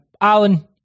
Alan